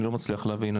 ואני לא מצליח להבין.